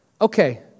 okay